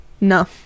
no